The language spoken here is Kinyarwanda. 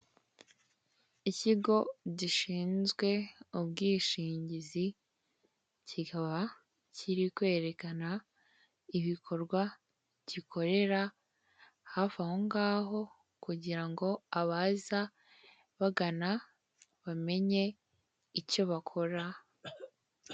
Ikigo gishinzwe ubwishingizi kikaba kiri kwerekana ibikorwa gikorere hafi ahongaho kugira ngo abaza bagana bamenye icyo bakora.